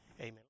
Amen